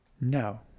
no